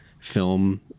film